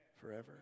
forever